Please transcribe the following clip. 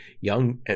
young